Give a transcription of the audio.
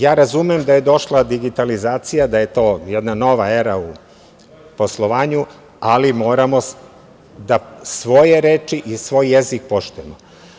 Ja razumem da je došla digitalizacija, da je to jedna nova era u poslovanju, ali moramo da svoje reči i svoj jezik poštujemo.